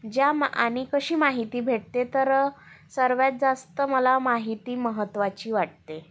ज्या आणि कशी माहिती भेटते तर सर्वात जास्त मला माहिती महत्वाची वाटते